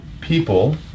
people